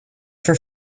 for